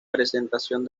presentación